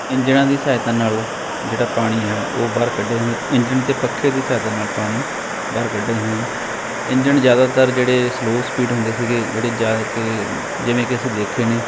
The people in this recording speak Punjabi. ਇੰਜਣਾਂ ਦੀ ਸਹਾਇਤਾ ਨਾਲ ਜਿਹੜਾ ਪਾਣੀ ਹੈ ਉਹ ਬਾਹਰ ਕੱਢਿਆ ਜਾਂਦਾ ਇੰਜਣ ਅਤੇ ਪੱਖੇ ਦੀ ਸਹਾਇਤਾ ਨਾਲ ਪਾਣੀ ਬਾਹਰ ਕੱਢਿਆ ਜਾਂਦਾ ਇੰਜਣ ਜ਼ਿਆਦਾਤਰ ਜਿਹੜੇ ਸਲੋਅ ਸਪੀਡ ਹੁੰਦੇ ਸੀਗੇ ਜਿਹੜੇ ਜਾ ਕੇ ਜਿਵੇਂ ਕਿ ਅਸੀਂ ਦੇਖੇ ਨੇ